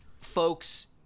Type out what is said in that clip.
folks